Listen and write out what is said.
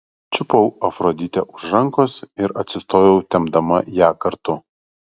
čiupau afroditę už rankos ir atsistojau tempdama ją kartu